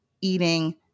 eating